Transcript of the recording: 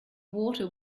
water